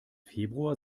februar